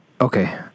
okay